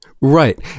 Right